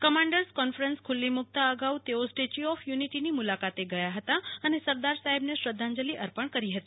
commanders conference ખુલ્લી મુક્તા અગાઉ તેઓ સ્ટેચ્યું ઓફ યુનિટીની મુલાકાતે ગયા હતા અને સરદાર સાહેબ ને શ્રદ્વાંજલી અર્પણ કરી હતી